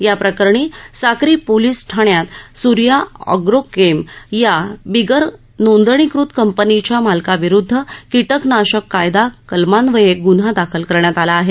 याप्रकरणी साक्री पोलिस ठाण्यात सूर्या अग्रोकेम या बिगर नोंदणीकृत कंपनीच्या मालकाविरुध्द कीटकनाशक कायदा कलमान्वये गुन्हा दाखल करण्यात आला आहे